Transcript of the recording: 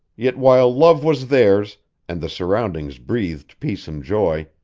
yet while love was theirs and the surroundings breathed peace and joy,